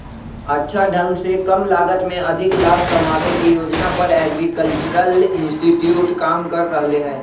अच्छा ढंग से कम लागत में अधिक लाभ कमावे के योजना पर एग्रीकल्चरल इंस्टीट्यूट काम कर रहले है